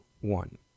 one